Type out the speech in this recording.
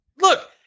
Look